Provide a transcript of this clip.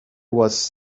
was